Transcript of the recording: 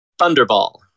Thunderball